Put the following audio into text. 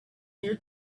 here